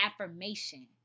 affirmation